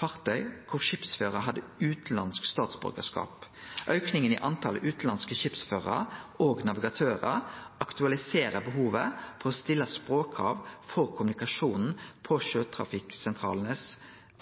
fartøy der skipsførar hadde utanlandsk statsborgarskap. Auken i talet på utanlandske skipsførarar og navigatørar aktualiserer behovet for å stille språkkrav for kommunikasjonen på sjøtrafikksentralanes